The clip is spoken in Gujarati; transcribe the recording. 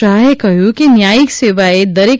શાહે કહ્યું કે ન્યાયિક સેવાએ દરેક